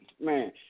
Man